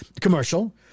Commercial